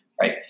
right